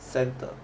centre